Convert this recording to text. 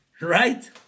right